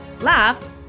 laugh